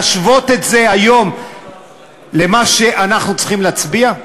להשוות את זה היום למה שאנחנו צריכים להצביע עליו?